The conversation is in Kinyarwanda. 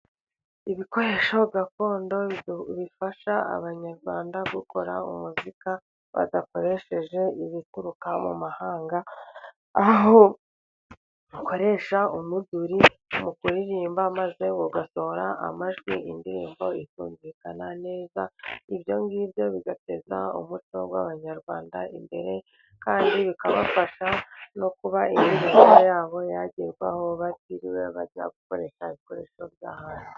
Ibikoresho gakondo bifasha abanyarwanda gukora umuzika, badakoresheje ibituruka mu mahanga, aho bakoresha umuduri mu kuririmba maze ugasohora amajwi, indirimbo ikumvikana neza. Ibyo ngibyo bigateza umuco w'abanyarwanda imbere kandi bikabafasha no kuba indirimbo yabo yagerwaho, batiriwe bajya gukoresha ibikoresho by'ahandi.